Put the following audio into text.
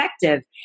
effective